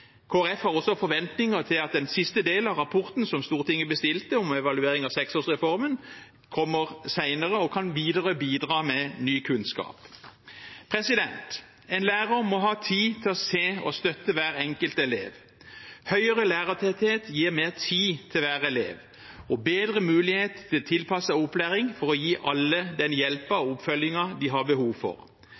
har også forventninger til at den siste delen av rapporten som Stortinget bestilte om evaluering av seksårsreformen, som kommer senere, kan bidra videre med ny kunnskap. En lærer må ha tid til å se og støtte hver enkelt elev. Høyere lærertetthet gir mer tid til hver elev og bedre muligheter til tilpasset opplæring for å gi alle den hjelpen og oppfølgingen de har behov for.